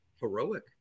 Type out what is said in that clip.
Heroic